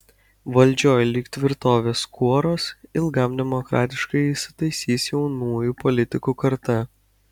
valdžioj lyg tvirtovės kuoruos ilgam demokratiškai įsitaisys jaunųjų politikų karta